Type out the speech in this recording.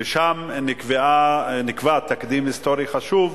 ושם נקבע תקדים היסטורי חשוב,